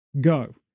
go